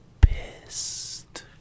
pissed